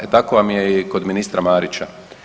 E tako vam je i kod ministra Marića.